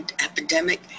epidemic